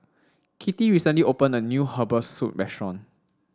Kittie recently opened a new Herbal Soup Restaurant